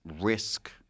risk